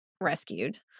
rescued